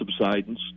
subsidence